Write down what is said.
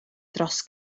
dros